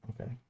Okay